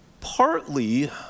Partly